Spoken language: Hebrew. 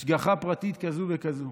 השגחה פרטית כזאת וכזאת.